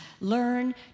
learn